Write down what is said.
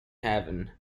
haven